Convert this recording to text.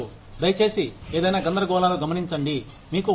దయచేసి ఏదైనా గందరగోళాలు గమనించండి మీకు ఉండవచ్చు